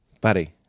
Buddy